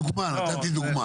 לא, נתתי דוגמה.